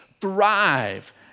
thrive